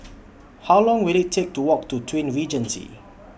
How Long Will IT Take to Walk to Twin Regency